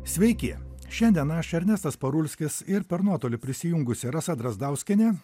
sveiki šiandien aš ernestas parulskis ir per nuotolį prisijungusi rasa drazdauskienė